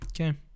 Okay